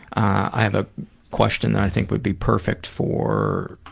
i have a question that i think would be perfect for